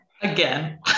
Again